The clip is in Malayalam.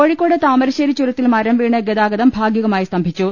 കോഴിക്കോട് താമരശ്ശേരി ചുരത്തിൽ മരം വീണ് ഗതാഗതം ഭാഗികമായി സ്തംഭിച്ചു